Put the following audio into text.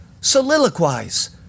soliloquize